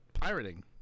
Pirating